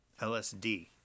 LSD